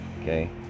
okay